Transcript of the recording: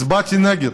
הצבעתי נגד.